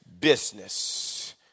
business